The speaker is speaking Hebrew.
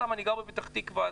אני גר בפתח תקווה.